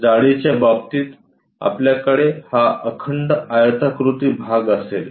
जाडीच्या बाबतीत आपल्याकडे हा अखंड आयताकृती भाग असेल